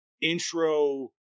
intro